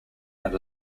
had